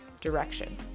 direction